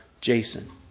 Jason